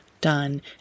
done